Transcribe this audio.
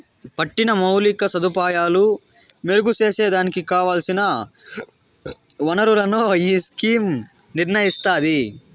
పట్టిన మౌలిక సదుపాయాలు మెరుగు సేసేదానికి కావల్సిన ఒనరులను ఈ స్కీమ్ నిర్నయిస్తాది